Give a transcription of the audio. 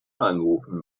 einberufen